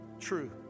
true